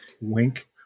Wink